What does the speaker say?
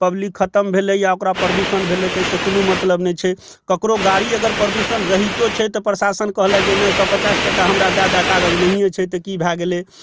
public खतम भेलै या ओकरा प्रदुषण भेलै ओहिसँ कोनो मतलब नहि छै ककरो गाड़ी अगर प्रदुषण रहितो छै तऽ प्रसाशन कहलथि जे नहि सए पचास टका हमरा दए दऽ कागज़ नहियो छै तऽ की भए गेलै